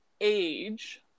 age